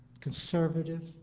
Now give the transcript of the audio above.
conservative